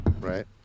right